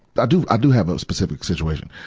i do, i do have a specific situation.